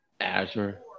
Azure